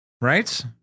Right